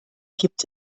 gibt